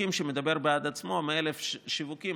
שיווקים שמדבר בעד עצמו: 100,000 שיווקים.